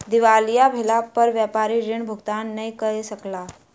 दिवालिया भेला पर व्यापारी ऋण भुगतान नै कय सकला